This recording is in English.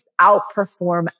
outperform